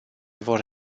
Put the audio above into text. vor